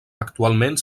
actualment